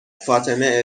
فاطمه